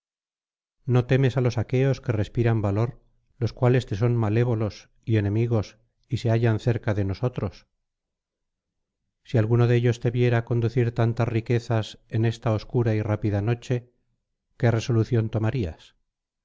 no temes á los aqueos que respiran valor los cuales te son malévolos y enemigos y se hallan cerca de nosotros si alguno de ellos te viera conducir tantas riquezas en esta obscura y rápida noche qué resolución tomarías